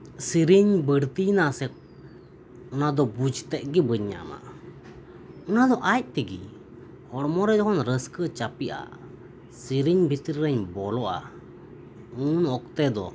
ᱥᱮᱨᱮᱧ ᱵᱟᱹᱲᱛᱤᱭᱮᱱᱟ ᱥᱮ ᱚᱱᱟ ᱫᱚ ᱵᱩᱡᱽᱛᱮᱫ ᱜᱮ ᱵᱟᱹᱧ ᱧᱟᱢᱟ ᱚᱱᱟ ᱫᱚ ᱟᱡ ᱛᱮᱜᱮ ᱦᱚᱲᱢᱚ ᱨᱮ ᱡᱚᱠᱷᱚᱱ ᱨᱟᱹᱥᱠᱟᱹ ᱪᱟᱯᱮᱜᱼᱟ ᱥᱮᱨᱮᱧ ᱵᱷᱤᱛᱨᱤ ᱨᱮᱧ ᱵᱚᱞᱚᱜᱼᱟ ᱩᱱ ᱚᱠᱛᱮ ᱫᱚ